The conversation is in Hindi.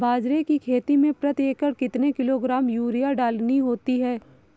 बाजरे की खेती में प्रति एकड़ कितने किलोग्राम यूरिया डालनी होती है?